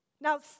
Now